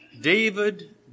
David